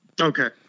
Okay